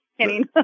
kidding